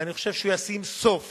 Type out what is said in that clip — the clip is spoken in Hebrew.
ואני חושב שהוא ישים סוף